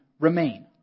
remain